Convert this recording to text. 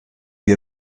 wir